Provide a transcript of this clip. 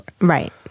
Right